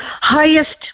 highest